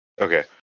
Okay